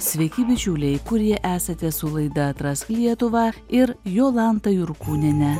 sveiki bičiuliai kurie esate su laida atrask lietuvą ir jolanta jurkūniene